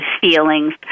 feelings